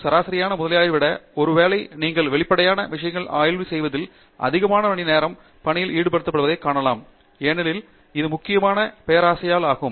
சராசரியான முதலாளியை விட ஒருவேளை நீங்கள் வெளிப்படையான விசயங்களை ஆய்வு செய்வதில் அதிகமான மணிநேர பணியில் ஈடுபடுத்தப்படுவதைக் காணலாம் ஏனெனில் இது முக்கியமாக பேராசையால் ஆகும்